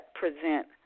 present